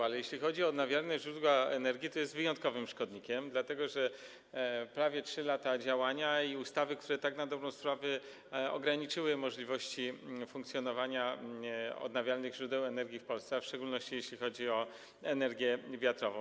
Ale jeśli chodzi o odnawialne źródła energii, jest wyjątkowym szkodnikiem - prawie 3 lata działania i ustawy, które tak na dobrą sprawę ograniczyły możliwości funkcjonowania odnawialnych źródeł energii w Polsce, a w szczególności jeśli chodzi o energię wiatrową.